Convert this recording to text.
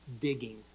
digging